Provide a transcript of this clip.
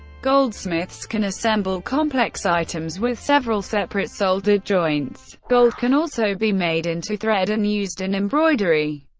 goldsmiths can assemble complex items with several separate soldered joints. gold can also be made into thread and used in embroidery.